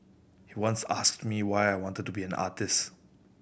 he once asked me why I wanted to be an artist